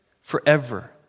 forever